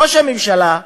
ראש הממשלה,